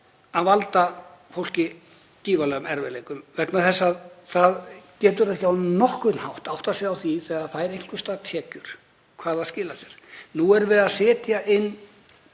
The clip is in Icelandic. til veldur fólki gífurlegum erfiðleikum vegna þess að það getur ekki á nokkurn hátt áttað sig á því, þegar það fær einhvers staðar tekjur, hvar það skilar sér. Nú erum við að setja inn